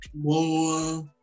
more